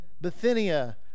Bithynia